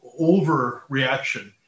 overreaction